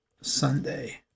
Sunday